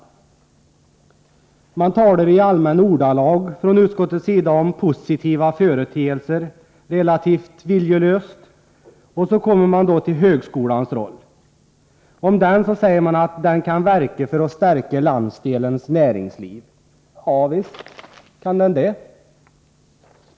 Utskottet talar i allmänna ordalag och relativt viljelöst om positiva företeelser, och så kommer man då till högskolans roll. Om högskolan säger man att den kan verka för att stärka landsdelens näringsliv. Ja, visst kan den det.